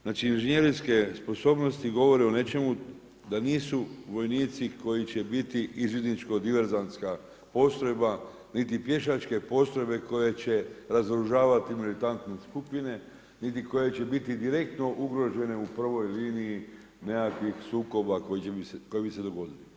Znači inženjerijske sposobnosti govore o nečemu da nisu vojnici koji će biti izvidničko diverzantska postrojba niti pješačke postrojbe koje će razoružavati militantne skupine niti koje će biti direktno ugrožene u prvoj liniji nekakvih sukoba koji bi se dogodili.